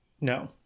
no